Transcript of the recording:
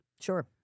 Sure